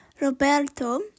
Roberto